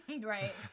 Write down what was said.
Right